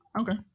Okay